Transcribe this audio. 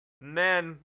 men